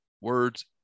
words